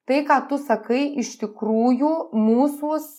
tai ką tu sakai iš tikrųjų mūsuos